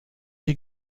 die